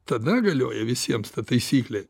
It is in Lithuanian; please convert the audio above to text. tada galioja visiems ta taisyklė